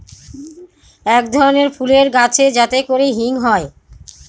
এক ধরনের ফুলের গাছ যাতে করে হিং হয়